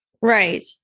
Right